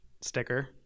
sticker